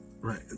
right